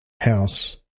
House